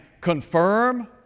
confirm